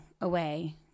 away